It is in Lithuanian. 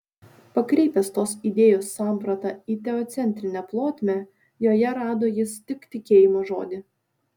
pakreipęs tos idėjos sampratą į teocentrinę plotmę joje rado jis tik tikėjimo žodį